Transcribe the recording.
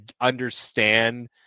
understand